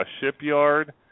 Shipyard